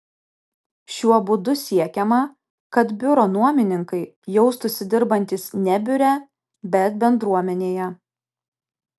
šiuo būdu siekiama kad biuro nuomininkai jaustųsi dirbantys ne biure bet bendruomenėje